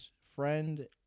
friend